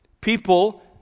People